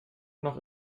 noch